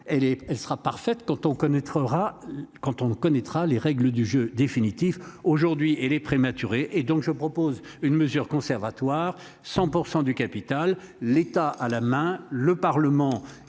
on connaîtra. Quand on ne connaîtra les règles du jeu définitif. Aujourd'hui elle est prématurée et donc je propose une mesure conservatoire, 100% du capital l'État à la main. Le Parlement